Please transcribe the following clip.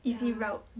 easy route